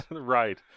Right